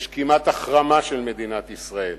יש כמעט החרמה של מדינת ישראל.